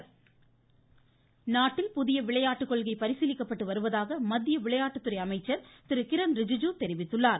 ரிஜுஜு நாட்டில் புதிய விளையாட்டு கொள்கை பரிசீலிக்கப்பட்டு வருவதாக மத்திய விளையாட்டுத்துறை அமைச்சர் திரு கிரண் ரிஜுஜு தெரிவித்துள்ளார்